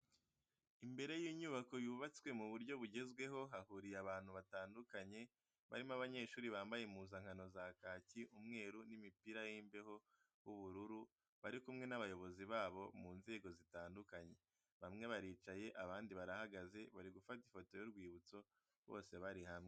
Imbere y'inyubako yubatswe mu buryo bugezweho hahuriye abantu batandukanye, barimo abanyeshuri bambaye impuzankano za kaki, umweru n'umupira w'imbeho w'ubururu bari kumwe n'abayobozi bo mu nzego zitandukanye bamwe baricaye abandi barahagaze bari gufata ifoto y'urwibutso bose bari hamwe.